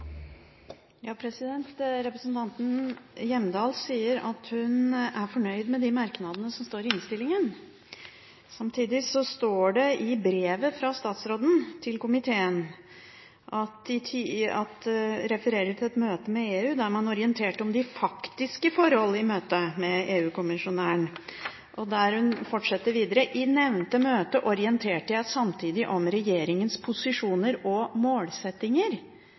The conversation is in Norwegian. Representanten Hjemdal sier hun er fornøyd med merknadene som står i innstillingen. Samtidig refererer man i brevet fra statsråden til komiteen til et møte med EU der man orienterte «om de faktiske forhold i møte med EUs kommissær». Hun fortsetter videre: «I nevnte møte orienterte jeg samtidig om Regjeringens posisjoner og målsettinger.